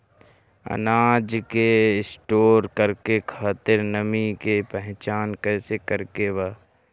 अनाज के स्टोर करके खातिर नमी के पहचान कैसे करेके बा?